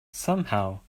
somehow